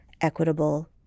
equitable